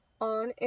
on